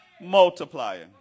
multiplying